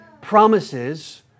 promises